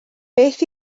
beth